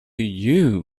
you